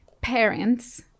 parents